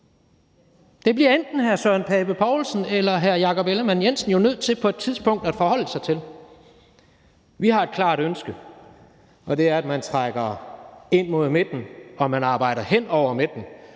Det bliver enten hr. Søren Pape Poulsen eller hr. Jakob Ellemann-Jensen jo nødt til på et tidspunkt at forholde sig til. Vi har et klart ønske, og det er, at man trækker ind mod midten og man arbejder hen over midten